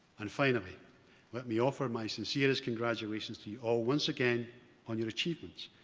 and finally let me offer my sincerest congratulations to you all once again on your achievements.